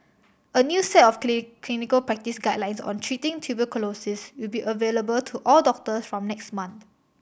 a new set of clinical practice guidelines on treating tuberculosis will be available to all doctors from next month